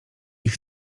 ich